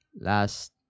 last